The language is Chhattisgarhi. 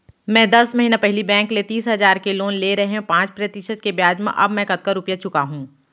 मैं दस महिना पहिली बैंक ले तीस हजार के लोन ले रहेंव पाँच प्रतिशत के ब्याज म अब मैं कतका रुपिया चुका हूँ?